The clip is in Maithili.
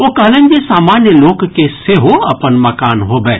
ओ कहलनि जे सामान्य लोक के सेहो अपन मकान होबय